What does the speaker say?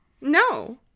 No